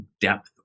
depth